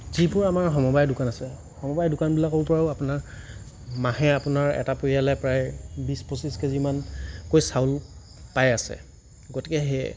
যিবোৰ আমাৰ সমবায় দোকান আছে সমবায় দোকানবিলাকলৈতো আৰু আপোনাৰ মাহে আপোনাৰ এটা পৰিয়ালে প্ৰায় বিছ পঁচিছ কেজিমানকৈ চাউল পায় আছে গতিকে সেই